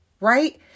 Right